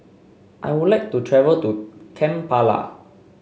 I would like to travel to Kampala